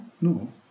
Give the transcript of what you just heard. No